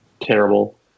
terrible